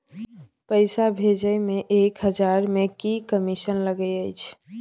पैसा भैजे मे एक हजार मे की कमिसन लगे अएछ?